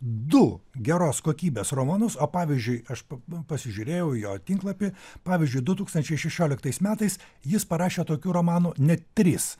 du geros kokybės romanus o pavyzdžiui aš pa pa pasižiūrėjau į jo tinklapį pavyzdžiui du tūkstančiai šešioliktais metais jis parašė tokių romanų net tris